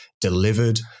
delivered